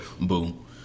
Boom